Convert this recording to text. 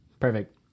Perfect